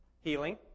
Healing